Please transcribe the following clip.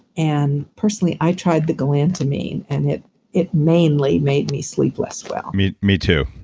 and personally i tried the galantamine, and it it mainly made me sleep less well me me too.